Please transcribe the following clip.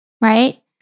right